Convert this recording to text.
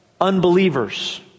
unbelievers